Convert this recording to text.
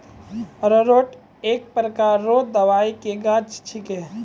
अरारोट एक प्रकार रो दवाइ के गाछ छिके